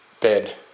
bed